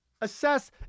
assess